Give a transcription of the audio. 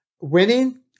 winning